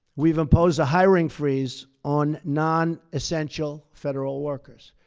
we've imposed a hiring freeze on nonessential federal workers.